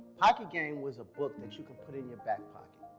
pocket game was a book that you can put in your back pocket.